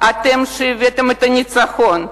אתם שהבאתם את הניצחון,